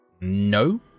no